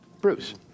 Bruce